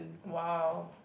!wow!